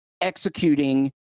executing